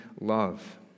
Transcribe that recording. love